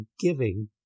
giving